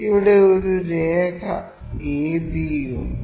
ഇവിടെ ഒരു രേഖ AB ഉണ്ട്